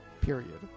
period